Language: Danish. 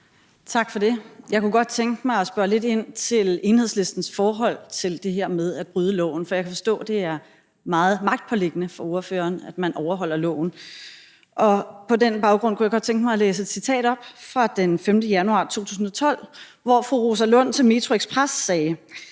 Tak for det. Jeg kunne godt tænke mig at spørge lidt ind til Enhedslistens forhold til det her med at bryde loven, for jeg kan forstå, at det er meget magtpåliggende for ordføreren, at man overholder loven. På den baggrund kunne jeg godt tænke mig at læse et citat op fra den 5. januar 2012, hvor fru Rosa Lund til metroXpress sagde: